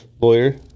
lawyer